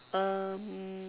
um